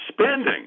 spending